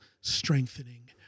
strengthening